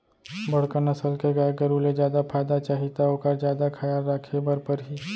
बड़का नसल के गाय गरू ले जादा फायदा चाही त ओकर जादा खयाल राखे बर परही